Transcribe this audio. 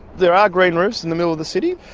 there are green roofs in the middle of the city,